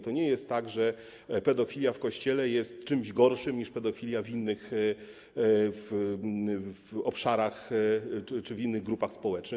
To nie jest tak, że pedofilia w Kościele jest czymś gorszym, niż pedofilia w innych obszarach czy innych grupach społecznych.